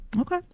Okay